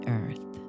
earth